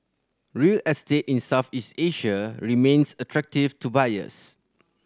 real estate in Southeast Asia remains attractive to buyers